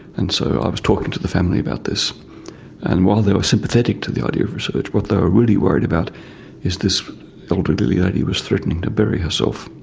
and so i was talking to the family about this and while they were sympathetic to the idea of research, what they were really worried about was this elderly lady was threatening to bury herself.